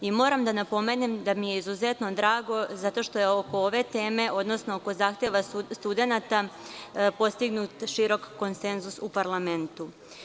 Moram da napomenem da mi je izuzetno drago zato što je oko ove teme, odnosno oko zahteva studenata postignut širok konsenzus u parlamentu.